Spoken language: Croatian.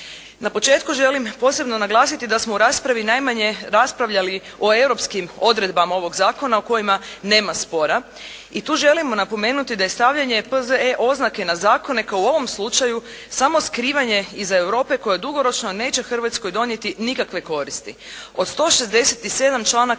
Na početku želim posebno naglasiti da smo u raspravi najmanje raspravljali o europskim odredbama ovog zakona o kojima nema spora i tu želimo napomenuti da je stavljanje P.Z.E. oznake na zakone kao u ovom slučaju samo skrivanje iza Europe koja dugoročno neće Hrvatskoj donijeti nikakve koristi. Od 167 članaka